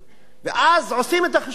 אז עושים את החישוב, זה לא דבר בשמים.